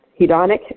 hedonic